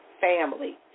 family